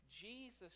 Jesus